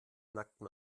nacktem